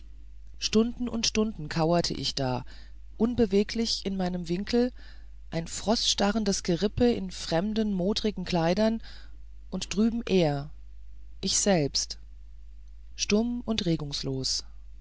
stunden und stunden kauerte ich da unbeweglich in meinem winkel ein frosterstarrtes gerippe in fremden modrigen kleidern und er drüben ich selbst stumm und regungslos